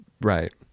Right